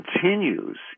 continues